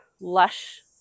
lush